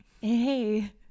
hey